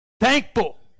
thankful